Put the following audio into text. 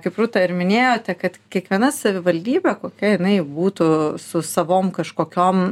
kaip rūta ir minėjote kad kiekviena savivaldybė kokia jinai būtų su savom kažkokiom